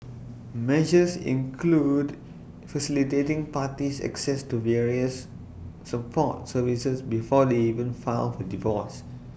measures include facilitating parties access to various support services before they even file for divorce